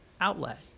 outlet